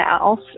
else